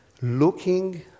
Looking